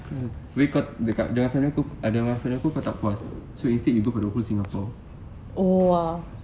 tapi kau kat dekat sana kau tak puas so instead you go for the whole singapore